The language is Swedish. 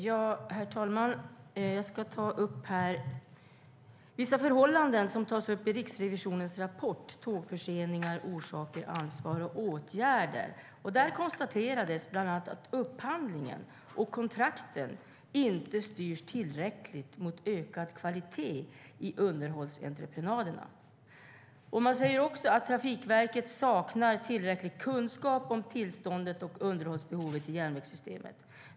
Herr talman! Jag ska ta upp vissa förhållanden som tas upp i Riksrevisionens rapport Tågförseningar - orsaker, ansvar och åtgärder . Där konstateras bland annat att upphandlingen och kontrakten inte styrs tillräckligt mot ökad kvalitet i underhållsentreprenaderna. Man säger också att Trafikverket saknar tillräcklig kunskap om tillståndet och underhållsbehovet i järnvägssystemet.